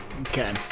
Okay